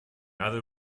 other